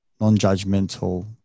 non-judgmental